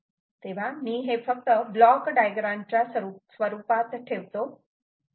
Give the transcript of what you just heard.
तेव्हा मी हे फक्त ब्लॉक डायग्राम च्या स्वरूपात ठेवतो हे काहीही असू शकते